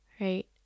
right